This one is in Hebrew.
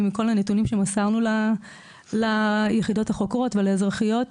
ומכל הנתונים שמסרנו ליחידות החוקרות ולאזרחיות,